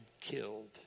killed